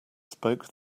spoke